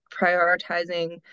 prioritizing